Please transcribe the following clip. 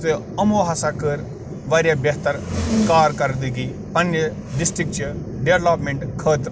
تہٕ یِمَو ہسا کٔر واریاہ بہتر کارکردگی پَننہِ ڈِسٹِرٛکچہِ ڈیٚولَپمیٚنٛٹ خٲطرٕ